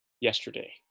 yesterday